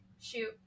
shoot